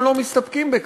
הם לא מסתפקים בכך.